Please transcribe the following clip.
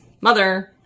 mother